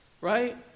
right